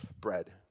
bread